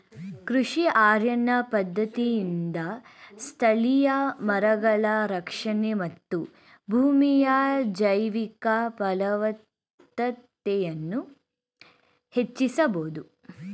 ಕೃಷಿ ಅರಣ್ಯ ಪದ್ಧತಿಯಿಂದ ಸ್ಥಳೀಯ ಮರಗಳ ರಕ್ಷಣೆ ಮತ್ತು ಭೂಮಿಯ ಜೈವಿಕ ಫಲವತ್ತತೆಯನ್ನು ಹೆಚ್ಚಿಸಬೋದು